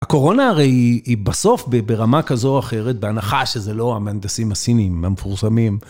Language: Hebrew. הקורונה הרי היא בסוף ברמה כזו או אחרת, בהנחה שזה לא המהנדסים הסינים המפורסמים.